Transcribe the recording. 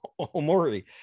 Omori